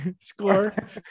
Score